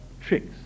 tricks